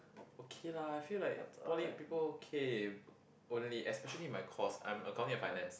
okay lah I feel like poly people okay only especially my course I'm accounting and finance